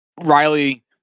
Riley